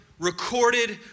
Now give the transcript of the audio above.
Recorded